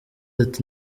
ati